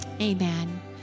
amen